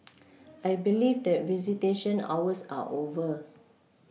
I believe that visitation hours are over